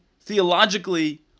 theologically